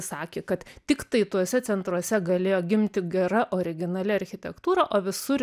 sakė kad tiktai tuose centruose galėjo gimti gera originali architektūra o visur